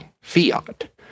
fiat